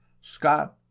Scott